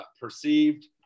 perceived